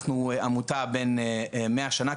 אנחנו עמותה בת 100 שנה.